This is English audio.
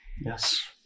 yes